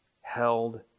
held